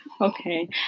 Okay